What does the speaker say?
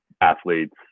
athletes